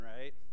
right